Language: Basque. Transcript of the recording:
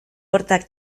hortzak